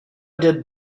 did